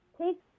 take